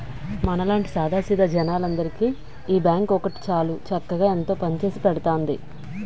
మనలాంటి సాదా సీదా జనాలందరికీ ఈ బాంకు ఒక్కటి ఉంటే చాలు చక్కగా ఎంతో పనిచేసి పెడతాంది